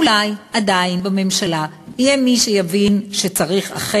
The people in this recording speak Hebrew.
אולי, עדיין, יהיה בממשלה מי שיבין שאכן